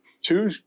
two